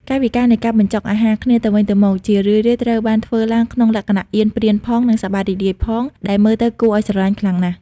កាយវិការនៃការបញ្ចុកអាហារគ្នាទៅវិញទៅមក ជារឿយៗត្រូវបានធ្វើឡើងក្នុងលក្ខណៈអៀនប្រៀនផង និងសប្បាយរីករាយផង ដែលមើលទៅគួរឱ្យស្រឡាញ់ខ្លាំងណាស់។